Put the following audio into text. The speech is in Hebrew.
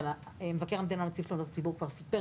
אבל מבקר המדינה ונציב תלונות הציבור כבר סיפר